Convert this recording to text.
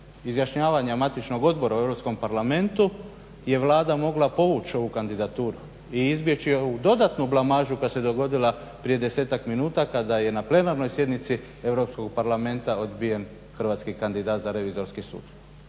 izjašnjavanja matičnog odbora u Europskom parlamentu je Vlada mogla povući ovu kandidaturu i izbjeći ovu dodatnu blamažu koja se dogodila prije 10-tak minuta kada je na plenarnoj sjednici Europskog parlamenta odbijen hrvatski kandidat za Revizorski sud.